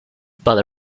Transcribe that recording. but